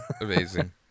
Amazing